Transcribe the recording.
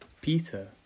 Peter